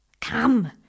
Come